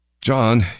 John